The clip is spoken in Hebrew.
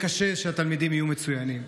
יהיה קשה שהתלמידים יהיו מצוינים.